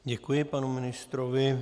Děkuji panu ministrovi.